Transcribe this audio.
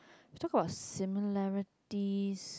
talk about similarities